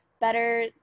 better